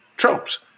Tropes